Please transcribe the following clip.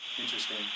Interesting